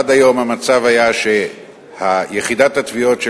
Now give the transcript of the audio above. עד היום המצב היה שיחידת התביעות של